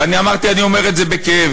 ואני אומר את זה בכאב,